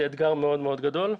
זה אתגר מאוד מאוד גדול.